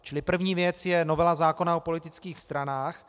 Čili první věc je novela zákona o politických stranách.